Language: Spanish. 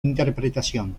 interpretación